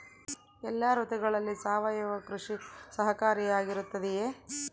ಎಲ್ಲ ಋತುಗಳಲ್ಲಿ ಸಾವಯವ ಕೃಷಿ ಸಹಕಾರಿಯಾಗಿರುತ್ತದೆಯೇ?